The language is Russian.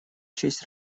честь